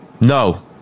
no